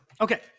Okay